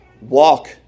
walk